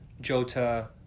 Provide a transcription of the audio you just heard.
jota